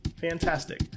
fantastic